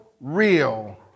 real